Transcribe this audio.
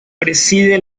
preside